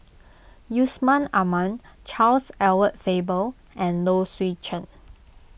Yusman Aman Charles Edward Faber and Low Swee Chen